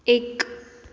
एक